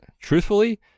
Truthfully